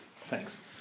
thanks